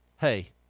Hey